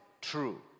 true